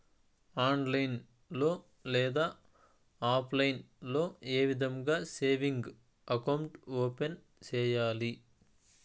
online లో లేదా offline లో ఏ విధంగా సేవింగ్ అకౌంట్ ఓపెన్ సేయాలి